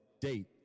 DATE